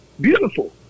beautiful